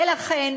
ולכן,